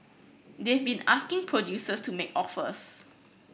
they've been asking producers to make offers